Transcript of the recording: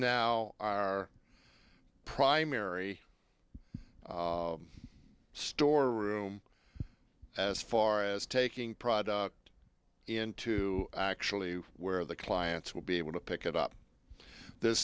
now our primary store room as far as taking product into actually where the clients will be able to pick it up this